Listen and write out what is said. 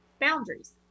boundaries